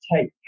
take